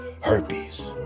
Herpes